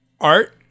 art